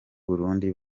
burundi